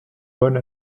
bonne